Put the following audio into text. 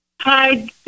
Hi